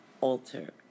alter